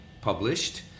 published